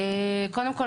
קודם כל,